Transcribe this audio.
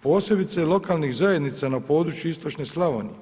posebice lokalnih zajednica na području istočne Slavonije.